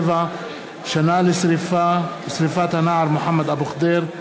7. שנה לשרפת הנער מוחמד אבו ח'דיר,